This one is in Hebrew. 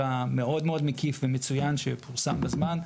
המאוד מאוד מקיף ומצוין שפורסם בזמן.